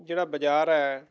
ਜਿਹੜਾ ਬਜ਼ਾਰ ਹੈ